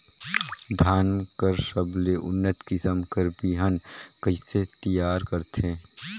धान कर सबले उन्नत किसम कर बिहान कइसे तियार करथे?